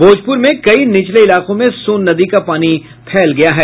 भोजप्र में कई निचले इलाकों में सोन नदी का पानी फैल गया है